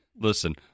listen